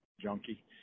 junkie